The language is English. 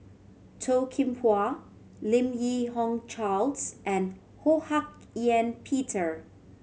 Toh Kim Hwa Lim Yi Hong Charles and Ho Hak Ean Peter